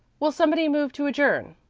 will somebody move to adjourn?